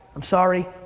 i'm sorry.